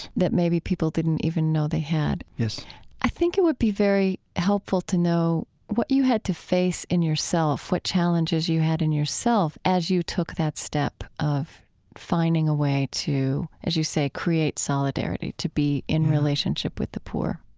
that maybe people didn't even know they had yes i think it would be very helpful to know what you had to face in yourself, what challenges you had in yourself as you took that step of finding a way to, as you say, create solidarity, to be in relationship with the poor